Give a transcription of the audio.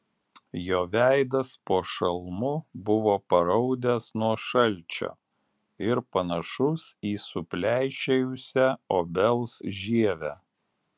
jo veidas po šalmu buvo paraudęs nuo šalčio ir panašus į supleišėjusią obels žievę